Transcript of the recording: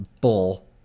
bull